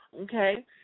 Okay